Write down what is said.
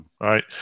right